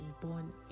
born